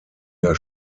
der